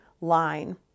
line